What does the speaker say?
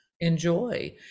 enjoy